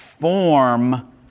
form